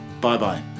Bye-bye